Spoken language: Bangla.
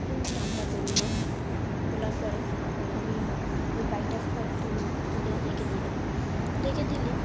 নামটা বলল বলার পরে আমি ওই পাখিটার ফটো তুললাম তুলে রেখে দিলাম রেখে দিলে